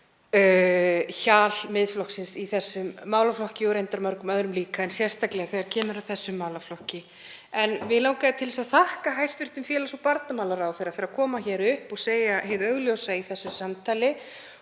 hjal Miðflokksins í þessum málaflokki, og reyndar mörgum öðrum líka, en sérstaklega þegar kemur að þessum málaflokki. Mig langaði til þess að þakka hæstv. félags- og barnamálaráðherra fyrir að koma hér upp og segja hið augljósa í þessu samtali